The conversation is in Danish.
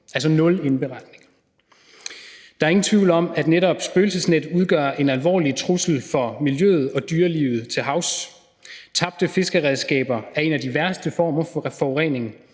altså nul indberetninger. Der er ingen tvivl om, at netop spøgelsesnet udgør en alvorlig trussel for miljøet og dyrelivet til havs. Tabte fiskeredskaber er en af de værste former for forurening,